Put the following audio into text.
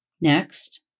Next